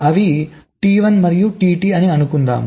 అవి T1 మరియు T2 అని అనుకుందాం